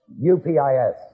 U-P-I-S